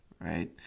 right